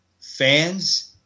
Fans